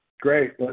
Great